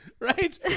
Right